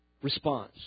response